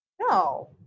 no